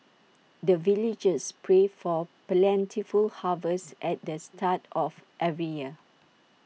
the villagers pray for plentiful harvest at the start of every year